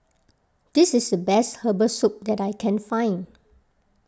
this is the best Herbal Soup that I can find